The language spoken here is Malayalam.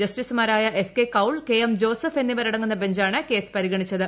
ജസ്റ്റിസുമാരായ S K Kaul K M Joseph എന്നിവരടങ്ങുന്ന ബഞ്ചാണ് കേസ് പരിഗണിച്ചത്